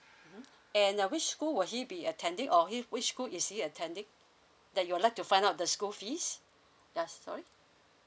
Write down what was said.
and uh which school would he be attending or he which school is he attending that you would like to find out the school fees does sorry